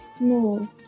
no